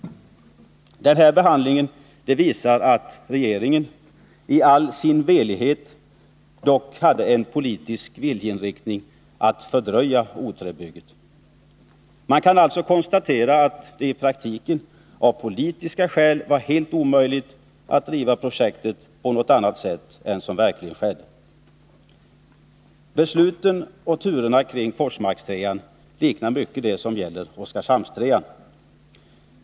Den här behandlingen visar att regeringen i all sin velighet dock hade en politisk viljeinriktning att fördröja O 3-bygget. Man kan alltså konstatera att det i praktiken av politiska skäl var helt omöjligt att driva projektet på något annat sätt än som verkligen skedde. Besluten och turerna kring Forsmark 3 liknar mycket det som gäller Oskarshamn 3.